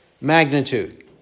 magnitude